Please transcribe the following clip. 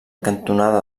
cantonada